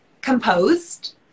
composed